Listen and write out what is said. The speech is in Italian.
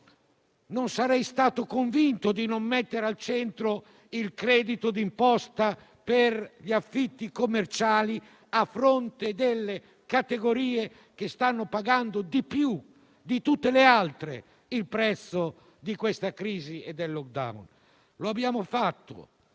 non sarei stato convinto - per esempio - nel non mettere al centro il credito d'imposta per gli affitti commerciali a fronte delle categorie che stanno pagando di più di tutte le altre il prezzo della crisi e del *lockdown*. Lo abbiamo fatto.